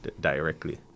directly